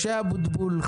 משה אבוטבול,